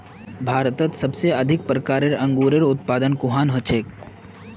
भारतत सबसे अधिक प्रकारेर अंगूरेर उत्पादन कुहान हछेक